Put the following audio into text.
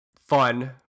fun